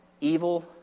evil